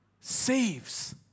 saves